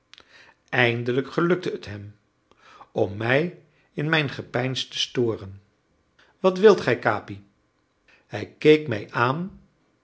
eindelijk gelukte het hem om mij in mijn gepeins te storen wat wilt gij capi hij keek mij aan